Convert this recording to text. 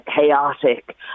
chaotic